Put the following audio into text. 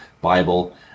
Bible